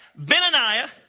Benaniah